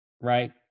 right